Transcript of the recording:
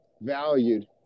valued